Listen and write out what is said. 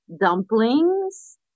dumplings